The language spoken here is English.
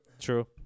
True